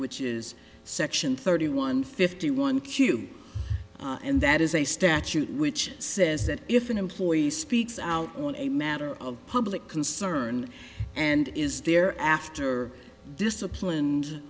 which is section thirty one fifty one q and that is a statute which says that if an employee speaks out on a matter of public concern and is there after disciplined